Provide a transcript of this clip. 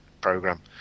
program